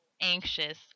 anxious